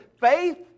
faith